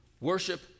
Worship